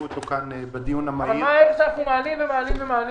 מה עוזר שאנחנו מעלים ומעלים?